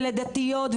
ולדתיות,